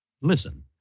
Listen